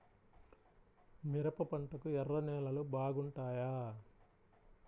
మిరప పంటకు ఎర్ర నేలలు బాగుంటాయా?